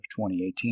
2018